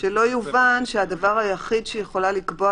שלא יובן שהדבר היחיד שהיא יכולה לקבוע